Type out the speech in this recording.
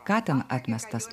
ką ten atmestas